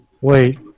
Wait